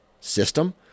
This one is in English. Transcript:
system